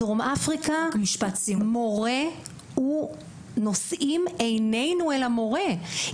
בדרום אפריקה התלמידים נושאים עיניהם אל המורים,